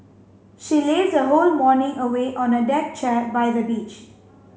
she lazed her whole morning away on a deck chair by the beach